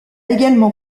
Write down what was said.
également